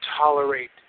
tolerate